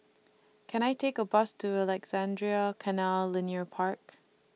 Can I Take A Bus to Alexandra Canal Linear Park